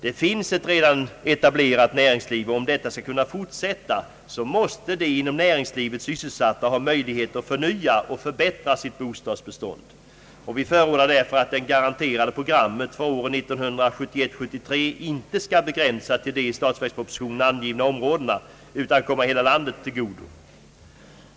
Det finns ett redan etablerat näringsliv och om detta skall kunna fortsätta måste de inom näringslivet sysselsatta ha möjlighet att förnya och förbättra sitt bostadsbestånd. Vi förordar därför att det garanterade programmet för åren 1971—1973 inte skall begränsas till de i statsverkspropositionen angivna områdena, utan kunna komma hela landet till del.